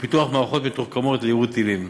ובפיתוח מערכות מתוחכמות ליירוט טילים.